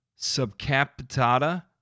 subcapitata